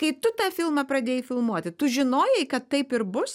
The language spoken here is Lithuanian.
kai tu tą filmą pradėjai filmuoti tu žinojai kad taip ir bus